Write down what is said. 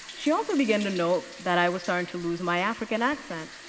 she also began to note that i was starting to lose my african accent